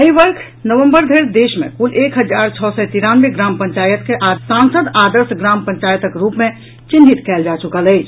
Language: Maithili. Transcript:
एहि वर्ष नवंबर धरि देश मे कुल एक हजार छओ सय तिरानवे ग्राम पंचायत के सांसद आदर्श ग्राम पंचायतक रूप मे चिन्हित कयल जा चुकल अछि